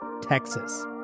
Texas